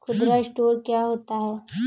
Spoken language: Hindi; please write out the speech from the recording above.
खुदरा स्टोर क्या होता है?